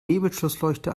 nebelschlussleuchte